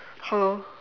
hello